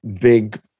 big